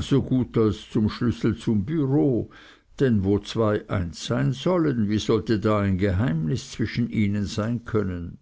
so gut als zum schlüssel zum bureau denn wo zwei eins sein sollen wie sollte da ein geheimnis zwischen ihnen sein können